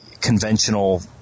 conventional